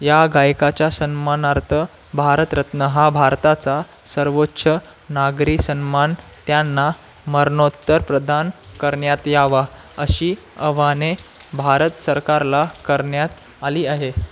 या गायकाच्या सन्मानार्थ भारतरत्न हा भारताचा सर्वोच्च नागरी सन्मान त्यांना मरणोत्तर प्रदान करण्यात यावा अशी अव्हाने भारत सरकारला करण्यात आली आहे